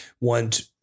want